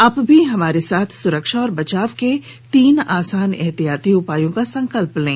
आप भी हमारे साथ सुरक्षा और बचाव के तीन आसान एहतियाती उपायों का संकल्प लें